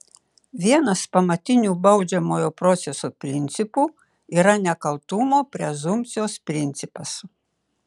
vienas pamatinių baudžiamojo proceso principų yra nekaltumo prezumpcijos principas